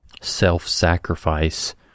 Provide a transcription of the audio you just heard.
self-sacrifice